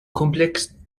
complexe